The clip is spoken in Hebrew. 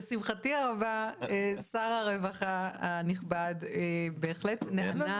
שלשמחתי הרבה שר הרווחה הנכבד בהחלט נענה